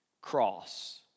cross